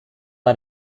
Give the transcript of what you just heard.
out